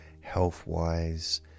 health-wise